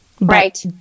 right